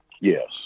Yes